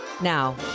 Now